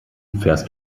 fährst